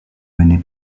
menée